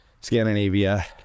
Scandinavia